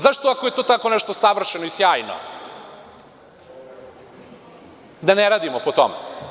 Zašto ako je to tako nešto savršeno i sjajno, da ne radimo po tome?